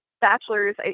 bachelors